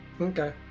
Okay